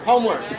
Homework